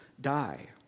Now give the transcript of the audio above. die